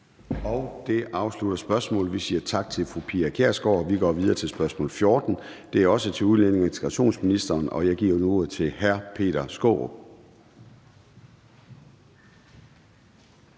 Det afsluttede spørgsmålet. Vi siger tak til fru Pia Kjærsgaard. Vi går videre til spørgsmål nr. 14. Det er også til udlændinge- og integrationsministeren. Kl. 14:25 Spm. nr. S